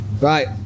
Right